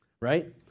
right